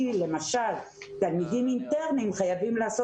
כי למשל תלמידים אינטרניים חייבים לעשות